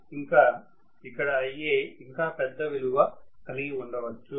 ఇంకా ఇక్కడ Ia ఇంకా పెద్ద విలువ కలిగి ఉండొచ్చు